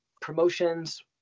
promotions